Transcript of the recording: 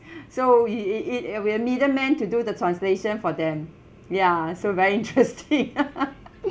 so it it it uh we're middleman to do the translation for them ya so very interesting